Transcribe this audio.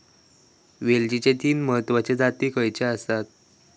वेलचीचे तीन महत्वाचे जाती खयचे आसत?